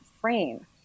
frame